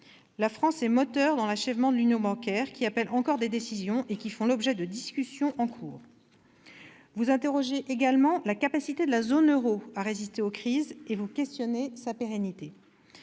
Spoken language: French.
un rôle moteur dans l'achèvement de l'Union bancaire, qui appelle encore des décisions faisant l'objet de discussions en cours. Vous vous interrogez également sur la capacité de la zone euro à résister aux crises et sur sa pérennité.